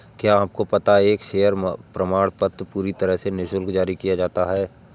क्या आपको पता है एक शेयर प्रमाणपत्र पूरी तरह से निशुल्क जारी किया जाता है?